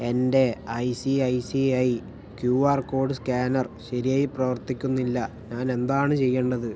എൻ്റെ I C I C I Q R code scanner ശരിയായി പ്രവർത്തിക്കുന്നില്ല ഞാൻ എന്താണ് ചെയ്യേണ്ടത്